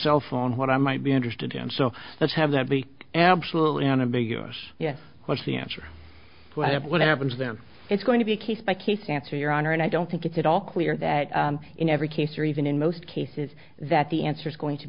cell phone what i might be interested in so let's have that be absolutely on a big us yes what's the answer to have what happens then it's going to be a case by case answer your honor and i don't think it's at all clear that in every case or even in most cases that the answer is going to